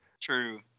True